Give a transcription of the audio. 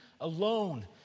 alone